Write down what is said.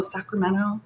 Sacramento